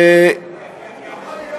תעבור להפועל.